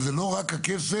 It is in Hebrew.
וזה לא רק הכסף,